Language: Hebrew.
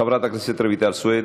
חברת הכנסת רויטל סויד,